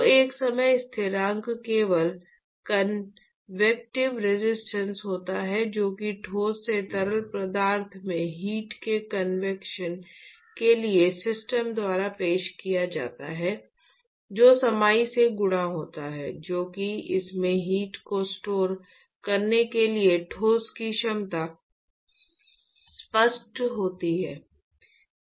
तो एक समय स्थिरांक केवल कन्वेक्टीव रेजिस्टेंस होता है जो कि ठोस से तरल पदार्थ में हीट के कन्वेक्शन के लिए सिस्टम द्वारा पेश किया जाता है जो समाई से गुणा होता है जो कि इसमें हीट को स्टोर करने के लिए ठोस की क्षमता स्पष्ट होती है